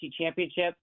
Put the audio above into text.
Championship